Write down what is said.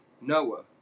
Noah